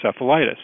encephalitis